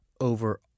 Over